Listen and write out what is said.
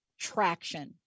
traction